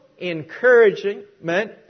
encouragement